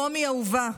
רומי האהובה,